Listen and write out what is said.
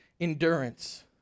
endurance